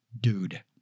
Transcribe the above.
dude